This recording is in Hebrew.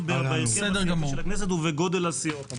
בהרכב הסיעתי של הכנסת ובגודל הסיעות.